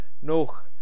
noch